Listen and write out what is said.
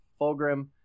fulgrim